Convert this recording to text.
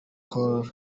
col